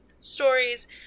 stories